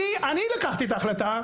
אני לקחתי את ההחלטה,